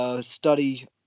Study